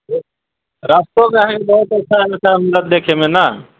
रस्तोमे अहाँकेँ बहुत अच्छा अच्छा मिलत देखैमे ने